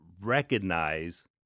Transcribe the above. recognize